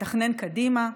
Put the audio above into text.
לתכנן קדימה,